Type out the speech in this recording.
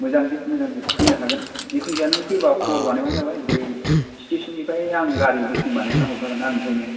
मोजांजोब मोजांजोब फैनो हागोन जिखुनुजाया नों फैबा खबर बानायबानो जाबाय ओमफ्राय स्टेसन निफ्राय आं गारि बुखिं बानायना हरखागोन आंनिफ्रायनो